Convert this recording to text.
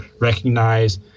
recognize